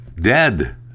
dead